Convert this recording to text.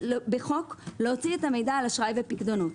בחוק להוציא את המידע על אשראי ופיקדונות.